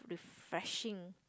refreshing